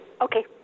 Okay